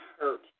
hurt